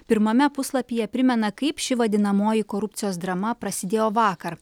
pirmame puslapyje primena kaip ši vadinamoji korupcijos drama prasidėjo vakar